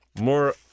more